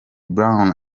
brown